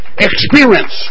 experience